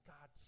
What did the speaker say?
God